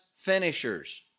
finishers